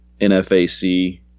NFAC